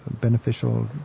beneficial